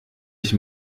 ich